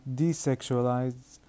desexualized